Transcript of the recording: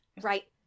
Right